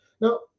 Now